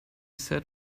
said